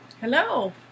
Hello